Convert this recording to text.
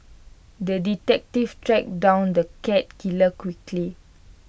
the detective tracked down the cat killer quickly